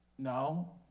No